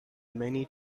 many